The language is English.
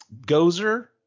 Gozer